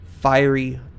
fiery